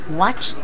watch